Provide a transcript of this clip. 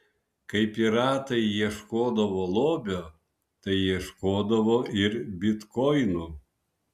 kai piratai ieškodavo lobio tai ieškodavo ir bitkoinų